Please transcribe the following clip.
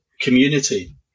community